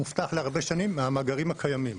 מובטח להרבה שנים מהמאגרים הקיימים.